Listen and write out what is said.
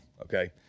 okay